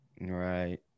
Right